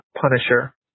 Punisher